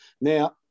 Now